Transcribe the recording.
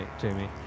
Jamie